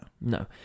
No